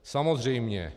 Samozřejmě.